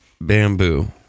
bamboo